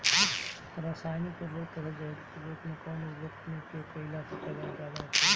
रसायनिक उर्वरक तथा जैविक उर्वरक में कउन उर्वरक के उपयोग कइला से पैदावार ज्यादा होखेला?